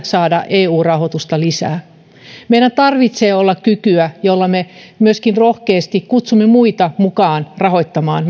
saada eu rahoitusta lisää meillä tarvitsee olla kykyä jolla me myöskin rohkeasti kutsumme muita mukaan rahoittamaan